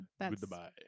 Goodbye